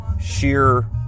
sheer